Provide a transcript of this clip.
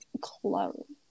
clothes